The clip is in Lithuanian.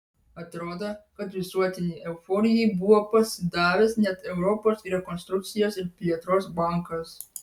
atrodo kad visuotinei euforijai buvo pasidavęs net europos rekonstrukcijos ir plėtros bankas